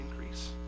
increase